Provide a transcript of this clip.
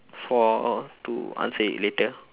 for to answer it later